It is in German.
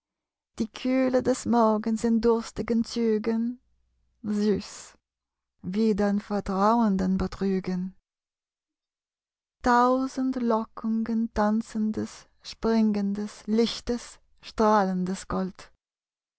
die kühle des morgens in durstigen zügen süß wie den vertrauenden betrügen tausend lockungen tanzendes springendes lichtes strahlendes gold